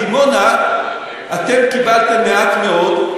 שבבית-שאן ודימונה אתם קיבלתם מעט מאוד,